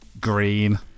green